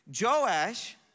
Joash